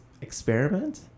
experiment